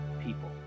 people